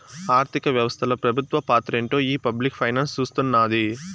ఆర్థిక వ్యవస్తల పెబుత్వ పాత్రేంటో ఈ పబ్లిక్ ఫైనాన్స్ సూస్తున్నాది